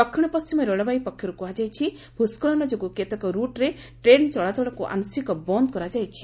ଦକ୍ଷିଣ ପଣ୍ଢିମ ରେଳବାଇ ପକ୍ଷର୍ କୁହାଯାଇଛି ଭ୍ୟସ୍କଳନ ଯୋଗୁଁ କେତେକ ରୁଟ୍ରେ ଟ୍ରେନ୍ ଚଳାଚଳକୁ ଆଂଶିକ ବନ୍ଦ୍ କରାଯାଇଛି